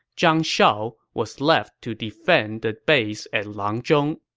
zhang shao, was left to defend the base at langzhong